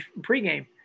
pregame